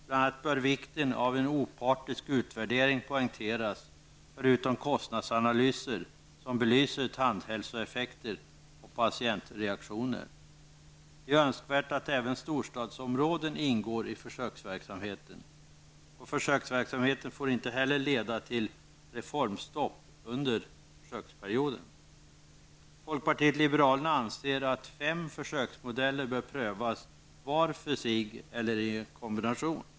Bl.a. bör vikten av en, förutom kostnadsanalysen, opartisk utvärdering som belyser tandhälsoeffekter och patientreaktioner, poängteras. Det är önskvärt att även storstadsområden ingår i försöksverksamheten. Försöksverksamheten får inte heller leda till reformstopp under försöksperioden. Folkpartiet liberalerna anser att fem försöksmodeller bör prövas, var för sig eller i kombination.